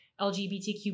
LGBTQ